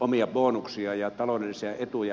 omia bonuksia ja taloudellisia etuja käsittelee